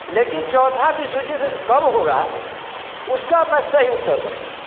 लेकिन चौथा विश्व जुद्ध कब होगा उसका मैं सही उत्तर दूंगा